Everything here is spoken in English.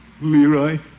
Leroy